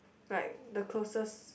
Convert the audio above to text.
like the closest